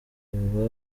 uba